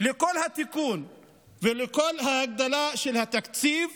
לכל התיקון ולכל ההגדלה של התקציב